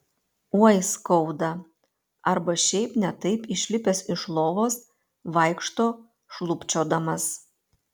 oi skauda arba šiaip ne taip išlipęs iš lovos vaikšto šlubčiodamas